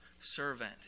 servant